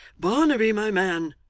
barnaby, my man,